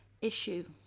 issue